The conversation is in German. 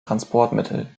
transportmittel